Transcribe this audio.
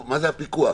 הדעת, מה הוא הפיקוח.